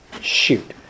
Shoot